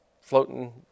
floating